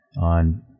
on